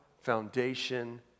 foundation